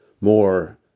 more